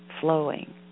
flowing